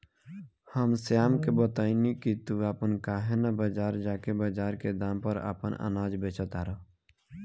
हम श्याम के बतएनी की तू अपने काहे ना बजार जा के बजार के दाम पर आपन अनाज बेच तारा